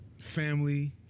family